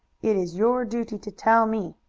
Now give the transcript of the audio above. it is your duty to tell me.